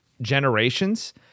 generations